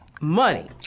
Money